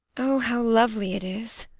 oh, how lonely it is!